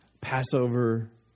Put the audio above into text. Passover